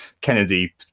Kennedy